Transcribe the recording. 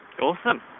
Awesome